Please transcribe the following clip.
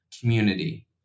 community